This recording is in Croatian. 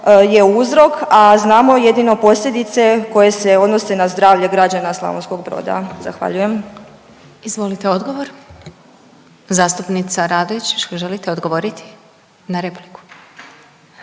je uzrok, a znamo jedino posljedice koje se odnose na zdravlje građana Slavonskog Broda. Zahvaljujem. **Glasovac, Sabina (SDP)** Izvolite odgovor. Zastupnica Radojčić želite odgovoriti na repliku?